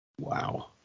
Wow